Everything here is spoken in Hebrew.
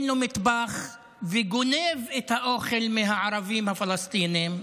אין לו מטבח וגונב את האוכל מהערבים הפלסטינים?